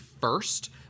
first